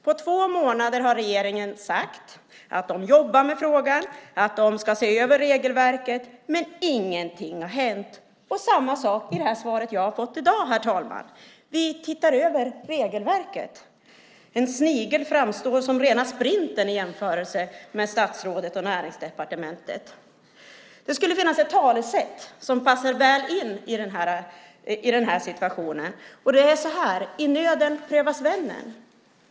På två månader har regeringen sagt att den jobbar med frågan och att den ska se över regelverket. Men ingenting har hänt. Det är samma sak i det svar jag har fått i dag, herr talman: Vi tittar över regelverket, säger regeringen. En snigel framstår som rena sprintern i jämförelse med statsrådet och Näringsdepartementet. Det finns ett talesätt som passar väl in i den här situationen: I nöden prövas vännen.